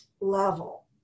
level